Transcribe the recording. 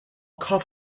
cough